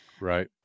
Right